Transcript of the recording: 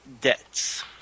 Debts